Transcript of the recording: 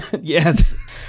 Yes